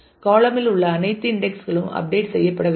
காளம் இல் உள்ள அனைத்து இன்டெக்ஸ் களும் அப்டேட் செய்யப்பட வேண்டும்